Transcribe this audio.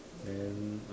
then